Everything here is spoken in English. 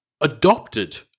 adopted